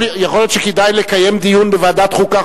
יכול להיות שכדאי לקיים דיון בוועדת החוקה,